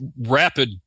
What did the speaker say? rapid